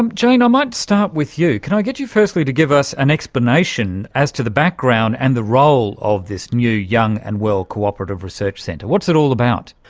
um jane, i ah might start with you. can i get you firstly to give us an explanation as to the background and the role of this new young and well cooperative research centre? what's it all about?